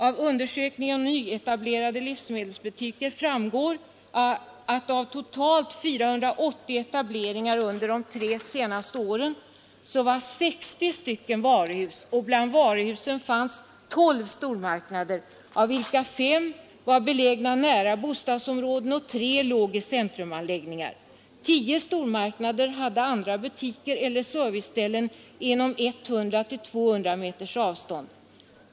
Av undersökningar om nyetablerade livsmedelsbutiker framgår att av totalt 480 etableringar under de tre senaste åren var 60 varuhus och bland varuhusen fanns 12 stormarknader, av vilka 5 var belägna nära bostadsområden och 3 låg i centrumanläggningar. 10 stormarknader hade andra butiker eller serviceställen inom 100—200 meters avstånd.